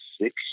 six